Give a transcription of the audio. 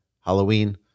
Halloween